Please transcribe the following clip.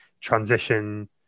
transition